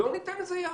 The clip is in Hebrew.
לא ניתן לזה יד.